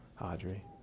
Audrey